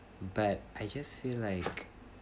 but I just feel like